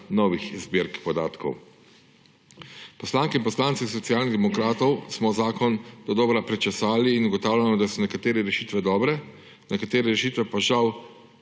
novih zbirk podatkov. Poslanke in poslanci Socialnih demokratov smo zakon dodobra prečesali in ugotavljamo, da so nekatere rešitve dobre, nekatere rešitve pa žal